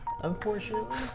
unfortunately